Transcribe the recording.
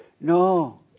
No